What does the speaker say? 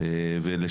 שיהיה תא לחץ.